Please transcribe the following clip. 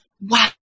Wow